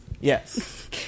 Yes